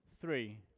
three